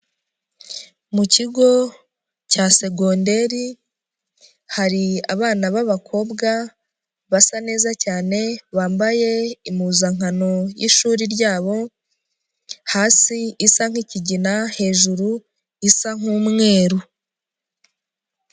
Mu kigo cya segonderi hari abana babakobwa basa neza cyane, bambaye impuzankano y'ishuri ryabo hasi isa nk'ikigina, hejuru isa nk'umweruru.